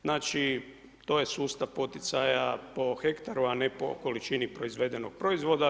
Znači to je sustav poticaja po hektaru, a ne po količini proizvedenog proizvoda.